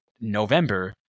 November